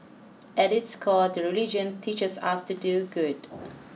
at its core the religion teaches us to do good